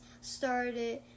started